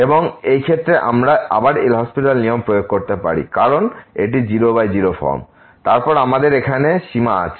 এবং এই ক্ষেত্রে আমরা আবার LHospital নিয়ম প্রয়োগ করতে পারি কারণ এটি 00 ফর্ম এবং তারপর আমাদের এখানে সীমা আছে